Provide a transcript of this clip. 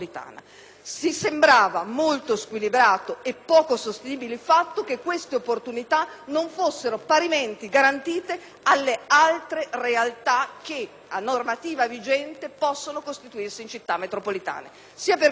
Ci sembrava molto squilibrato e poco sostenibile il fatto che queste opportunità non fossero parimenti garantite alle altre realtà che, a normativa vigente, possono costituirsi in Città metropolitane, per quanto riguarda